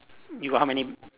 you got how many